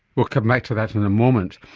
we'll come back to that in a moment.